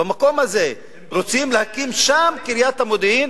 במקום הזה רוצים להקים את קריית המודיעין.